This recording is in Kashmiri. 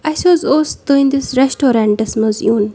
اَسہِ حظ اوس تُہٕنٛدِس ریسٹورنٛٹَس منٛز یُن